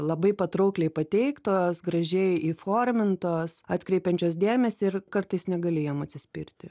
labai patraukliai pateiktos gražiai įformintos atkreipiančios dėmesį ir kartais negali jom atsispirti